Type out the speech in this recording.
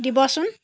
দিবচোন